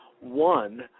one